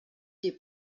des